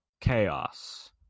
chaos